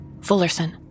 Fullerson